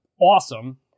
awesome